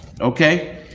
Okay